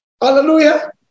hallelujah